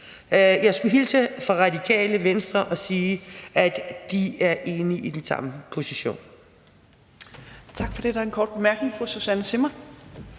jeg skulle hilse fra Radikale Venstre og sige, at de er enige og har den samme position.